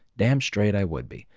damn straight i would be!